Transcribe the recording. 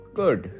good